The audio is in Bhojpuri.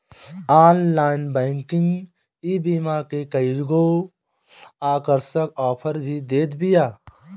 ऑनलाइन बैंकिंग ईबीमा के कईगो आकर्षक आफर भी देत बिया